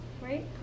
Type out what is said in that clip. right